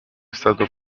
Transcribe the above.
stato